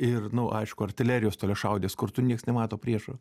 ir nu aišku artilerijos toliašaudės kur tu nieks nemato priešų